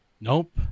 Nope